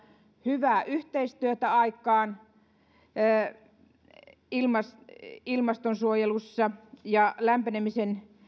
hyvää yhteistyötä aikaan ilmastonsuojelussa ja lämpenemisen